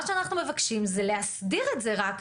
מה שאנחנו מבקשים זה להסדיר את זה רק,